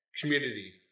Community